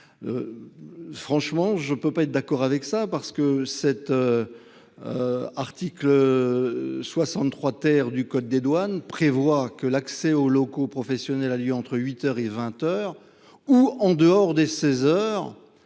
Franchement je ne peux pas être d'accord avec ça parce que cet. Article. 63 terre du code des douanes prévoit que l'accès aux locaux professionnels a lieu entre 8h et 20h ou en dehors des 16h